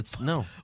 No